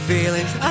Feelings